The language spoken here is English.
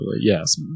yes